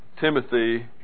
Timothy